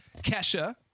kesha